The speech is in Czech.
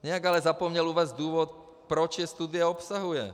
Nějak ale zapomněl uvést důvod, proč je studie obsahuje.